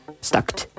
stuck